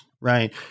right